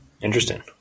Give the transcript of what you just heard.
interesting